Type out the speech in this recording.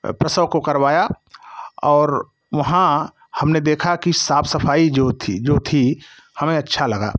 प्रसव को करवाया और वहाँ हमने देखा कि साफ सफाई जो थी जो थी हमें अच्छा लगा